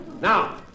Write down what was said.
Now